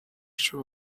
шүү